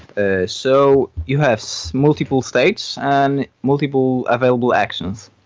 ah so you have so multiple states and multiple available actions,